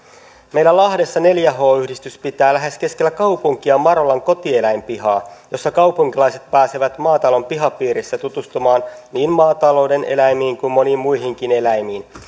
meillä lahdessa neljä h yhdistys pitää lähes keskellä kaupunkia marolan kotieläinpihaa jossa kaupunkilaiset pääsevät maatalon pihapiirissä tutustumaan niin maatalouden eläimiin kuin moniin muihinkin eläimiin